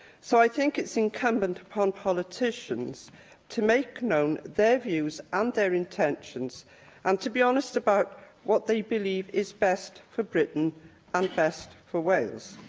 so, i think it's incumbent upon politicians to make known their views and their intentions and to be honest about what they believe is best for britain and best for wales.